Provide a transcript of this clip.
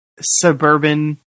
suburban